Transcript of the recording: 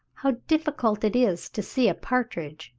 how difficult it is to see a partridge,